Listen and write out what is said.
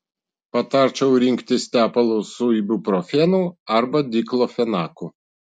patarčiau rinktis tepalus su ibuprofenu arba diklofenaku